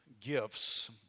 gifts